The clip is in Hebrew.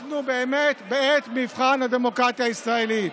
אנחנו באמת בעת מבחן לדמוקרטיה הישראלית.